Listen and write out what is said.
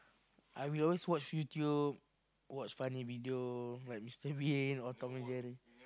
I we always watch YouTube watch funny video like Mr Bean or Tom and Jerry